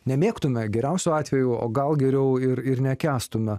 nemėgtume geriausiu atveju o gal geriau ir ir nekęstume